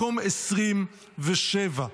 מקום 27,